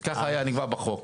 כך נקבע בחוק.